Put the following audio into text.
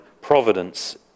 providence